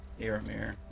Aramir